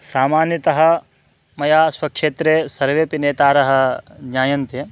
सामान्यतः मया स्वक्षेत्रे सर्वेपि नेतारः ज्ञायन्ते